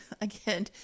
Again